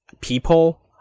people